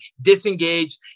Disengaged